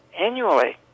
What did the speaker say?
annually